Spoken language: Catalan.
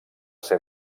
ser